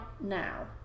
now